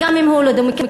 גם אם הוא לא דמוקרטי,